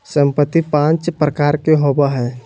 संपत्ति पांच प्रकार के होबो हइ